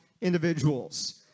individuals